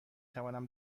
توانم